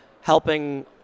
helping